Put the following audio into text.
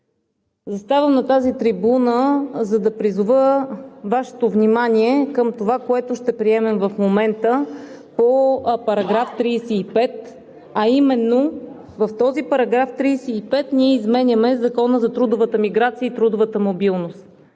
Заставам на тази трибуна, за да призова Вашето внимание към това, което ще приемем в момента с § 35, а именно, че с този § 35 изменяме Закона за трудовата миграция и трудовата мобилност.